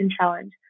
Challenge